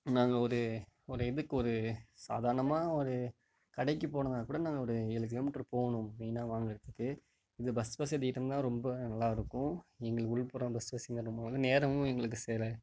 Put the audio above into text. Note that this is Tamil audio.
நாங்கள் ஒரு ஒரு இதுக்கு ஒரு சாதாரணமாக ஒரு கடைக்கு போகணும்னாக்கூட நாங்கள் ஒரு ஏழு கிலோமீட்டர் போகணும் மெயினாக வாங்குகிறத்துக்கு இந்த பஸ் வசதியிருந்தா ரொம்ப நல்லாயிருக்கும் எங்களுக்கு உள்புறம் பஸ் வசதி வரும்போது நேரமும் எங்களுக்கு சேவ்